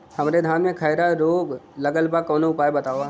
हमरे धान में खैरा रोग लगल बा कवनो उपाय बतावा?